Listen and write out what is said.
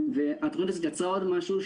התוכנית הזאת יצרה עוד משהו,